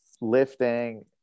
lifting